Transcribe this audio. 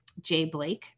jblake